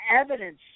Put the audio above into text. evidence